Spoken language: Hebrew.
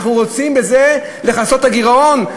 אנחנו רוצים בזה לכסות את הגירעון?